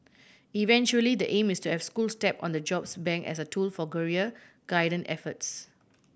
eventually the aim is to have schools tap on the jobs bank as a tool for career guidance efforts